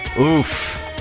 Oof